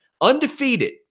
undefeated